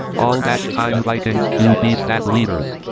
all dash time vikings q b, stat leaders,